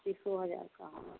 पच्चीस हजार का